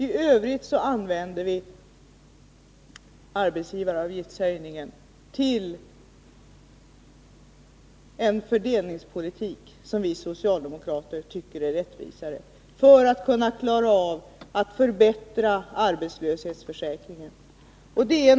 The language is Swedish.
I övrigt använde vi arbetsgivaravgiftshöjningen till en fördelningspolitik som vi socialdemokrater tycker är rättvisare, för att kunna klara av att förbättra arbetslöshetsförsäkringen.